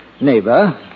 Neighbor